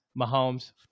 Mahomes